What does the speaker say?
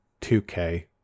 2K